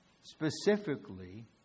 specifically